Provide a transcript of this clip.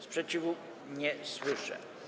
Sprzeciwu nie słyszę.